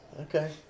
Okay